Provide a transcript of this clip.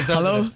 Hello